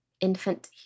Infant